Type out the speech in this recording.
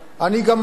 אני גם מסכים,